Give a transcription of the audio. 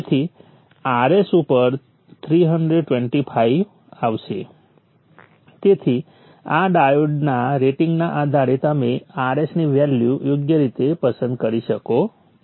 તેથી Rs ઉપર 325 આવશે તેથી આ ડાયોડ્સના રેટિંગના આધારે તમે Rs ની વેલ્યુ યોગ્ય રીતે પસંદ કરી શકો છો